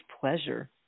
pleasure